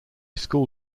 school